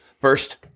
First